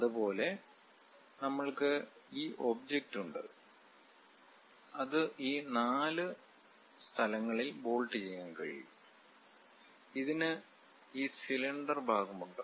അതുപോലെ നമ്മൾക്ക് ഈ ഒബ്ജക്റ്റ് ഉണ്ട് അത് ഈ നാല് സ്ഥലങ്ങളിൽ ബോൾട്ട് ചെയ്യാൻ കഴിയും ഇതിന് ഈ സിലിണ്ടർ ഭാഗമുണ്ട്